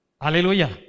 Hallelujah